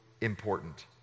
important